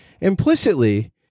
implicitly